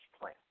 plan